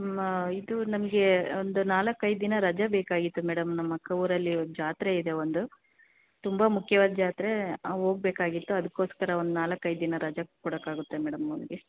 ಮಾ ಇದು ನನಗೆ ಒಂದು ನಾಲ್ಕು ಐದು ದಿನ ರಜೆ ಬೇಕಾಗಿತ್ತು ಮೇಡಮ್ ನಮ್ಮ ಅಕ್ಕ ಊರಲ್ಲಿ ಒಂದು ಜಾತ್ರೆ ಇದೆ ಒಂದು ತುಂಬ ಮುಖ್ಯವಾದ ಜಾತ್ರೆ ಹೋಗ್ಬೇಕಾಗಿತ್ತು ಅದಕ್ಕೋಸ್ಕರ ಒಂದು ನಾಲ್ಕು ಐದು ದಿನ ರಜೆ ಕೊಡೋಕ್ಕಾಗುತ್ತಾ ಮೇಡಮ್ ಅವ್ನಿಗೆ